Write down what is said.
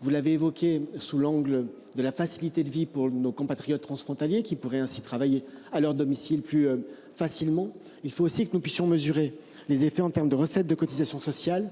Vous l'avez évoqué sous l'angle de la facilité de vie pour nos compatriotes transfrontaliers qui pourraient ainsi travailler à leur domicile plus facilement. Il faut aussi que nous puissions mesurer les effets en termes de recettes de cotisations sociales